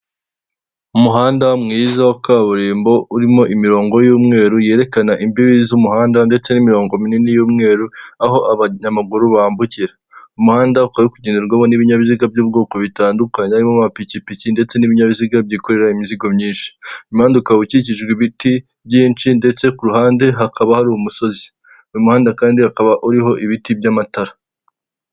Umuhanda mwiza wa kaburimbo urimo imirongo y'umweru yerekana imbibi z'umuhanda, ndetse n'imirongo minini y'umweru aho abanyamaguru bambukira, umuhanda ukaba uri kugenderwaho n'ibinyaziga by'ubwoko bitandukanye, harimo amapikipiki ndetse n'ibinyabiziga byikorera imizigo myinshi, uyu muhanda ukaba ukikijwe ibiti byinshi, ndetse ku ruhande hakaba hari umusozi, uyu muhanda kandi ukaba uriho ibiti by'amatara.